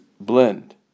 blend